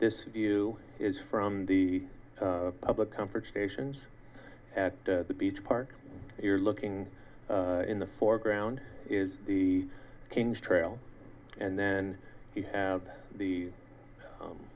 this view is from the public comfort stations at the beach park you're looking in the foreground is the king's trail and then he have the